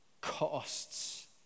costs